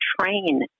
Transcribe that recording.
train